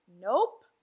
Nope